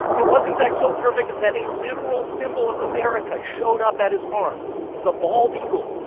it was, in fact, so perfect that a literal symbol of america showed up at his farm the bald eagle.